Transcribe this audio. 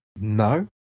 No